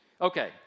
Okay